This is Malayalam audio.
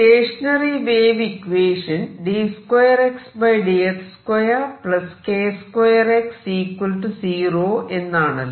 സ്റ്റേഷനറി വേവ് ഇക്വേഷൻ എന്നാണല്ലോ